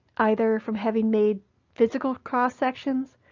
either from having made physical cross-sections,